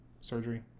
surgery